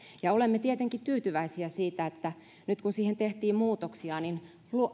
ja olemme tietenkin tyytyväisiä siitä että nyt kun siihen tehtiin muutoksia niin